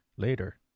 Later